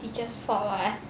teacher's fault [what]